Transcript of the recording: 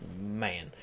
Man